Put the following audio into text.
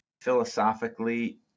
philosophically